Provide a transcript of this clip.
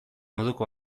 moduko